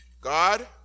God